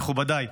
מכובדיי,